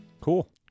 Cool